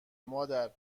مادر